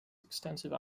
extensive